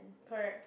correct